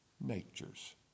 natures